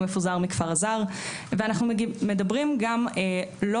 "המפוזר מכפר אזר" ואנחנו מדברים גם לא